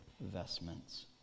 vestments